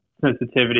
sensitivity